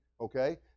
okay